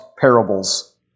parables